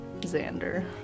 Xander